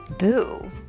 Boo